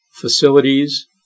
facilities